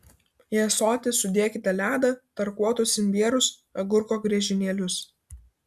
į ąsotį sudėkite ledą tarkuotus imbierus agurko griežinėlius